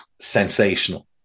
sensational